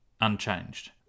unchanged